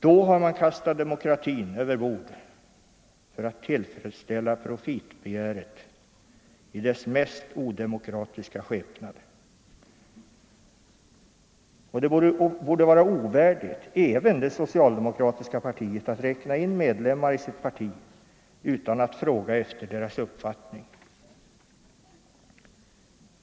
Då har man kastat demokratin över bord för att tillfredsställa profitbegäret i dess mest odemokratiska skepnad. Det borde vara ovärdigt även det socialdemokratiska partiet att räkna in medlemmar i sitt parti utan att fråga efter deras uppfattning.